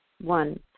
One